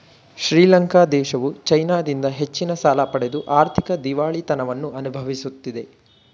ಶ್ರೀಲಂಕಾ ದೇಶವು ಚೈನಾದಿಂದ ಹೆಚ್ಚಿನ ಸಾಲ ಪಡೆದು ಆರ್ಥಿಕ ದಿವಾಳಿತನವನ್ನು ಅನುಭವಿಸುತ್ತಿದೆ